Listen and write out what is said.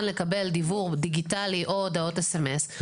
לקבל דיוור דיגיטלי או הודעות סמ"ס,